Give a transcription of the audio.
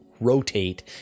rotate